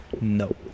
No